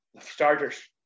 Starters